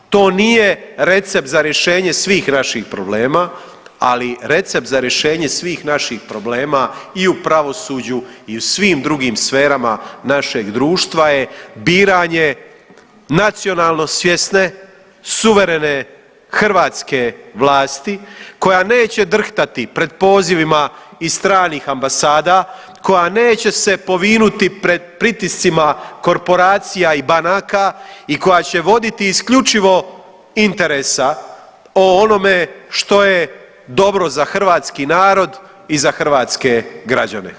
To nije recept za rješenje svih naših problema, ali recept za rješenje svih naših problema i u pravosuđu i u svim drugim sferama našeg društva je biranje nacionalno svjesne, suverene hrvatske vlasti koja neće drhtati pred pozivima iz stranih ambasada, koja neće se povinuti pred pritiscima korporacija i banaka i koja će voditi isključivo interesa o onome što je dobro za hrvatski narod i za hrvatske građane.